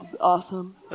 awesome